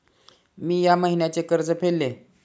मी या महिन्याचे कर्ज फेडले